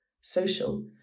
social